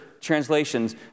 translations